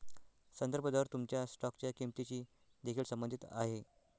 संदर्भ दर तुमच्या स्टॉकच्या किंमतीशी देखील संबंधित आहे